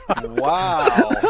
Wow